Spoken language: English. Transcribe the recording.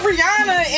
Rihanna